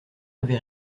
avait